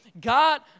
God